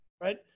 right